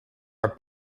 are